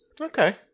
okay